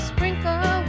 Sprinkle